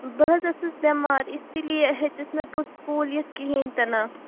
بہٕ حظ ٲسٕس بٮ۪مار اِسی لیے ہیٚچِس نہٕ بہٕ سکوٗل یِتھ کِہیٖنۍ تہِ نہٕ